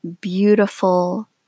beautiful